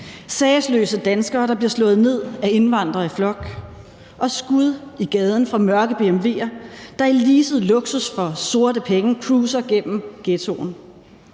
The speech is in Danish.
sagesløse danskere, der bliver slået ned af indvandrere i flok, og skud i gaden fra mørke BMW'er, der i leaset luksus for sorte penge cruiser gennem ghettoen.